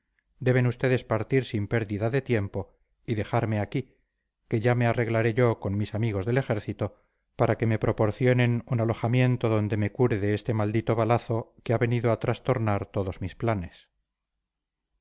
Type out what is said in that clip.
deben ustedes partir sin pérdida de tiempo y dejarme aquí que ya me arreglaré yo con mis amigos del ejército para que me proporcionen un alojamiento donde me cure de este maldito balazo que ha venido a trastornar todos mis planes